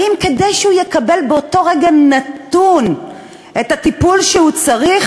האם כדי שהוא יקבל באותו רגע נתון את הטיפול שהוא צריך